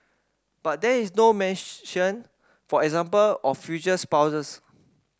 but there is no mention for example of future spouses